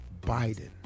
Biden